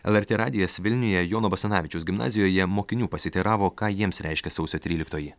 lrt radijas vilniuje jono basanavičiaus gimnazijoje mokinių pasiteiravo ką jiems reiškia sausio tryliktoji